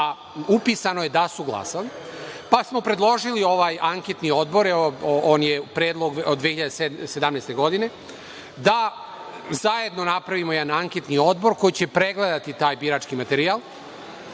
a upisano je da su glasali, pa samo predložili ovaj anketni odbor, predlog je od 2017. godine, da zajedno napravimo jedan anketni odbor koji će pregledati taj birački materijal